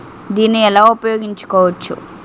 దీన్ని ఎలా ఉపయోగించు కోవచ్చు?